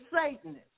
Satanist